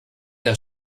der